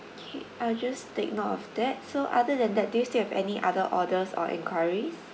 okay I'll just take note of that so other than that do you still have any other orders or enquiries